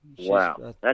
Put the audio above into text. Wow